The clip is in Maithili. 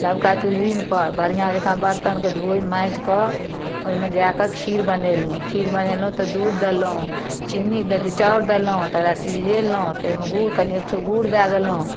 नबका चूल्हीपर बढ़िआँ जकाँ बर्तनके धो माञ्जिकऽ ओइमे जा कऽ खीर बनेलहुँ खीर बनेलहुँ तऽ दूध देलहुँ चीन्नी अथी चाउर देलहुँ तकरा सीझेलहुँ तैमे गुड़ कनी एक ठोप गुड़ दए देलहुँ